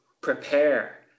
prepare